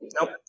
Nope